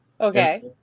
Okay